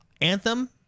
Anthem